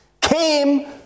came